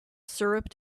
syrup